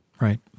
Right